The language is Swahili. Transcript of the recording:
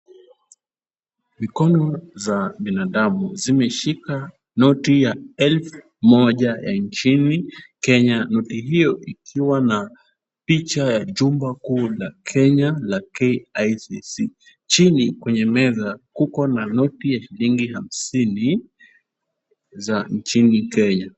Mikono za binadamu zimeshika noti ya elfu moja ya nchini Kenya, noti hiyo ikiwa na picha ya jumba kuu la Kenya la KICC. Chini kwenye meza kuko na noti ya shilingi hamsini za nchini Kenya.